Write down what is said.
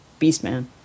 Beastman